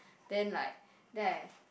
then like then I